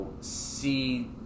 see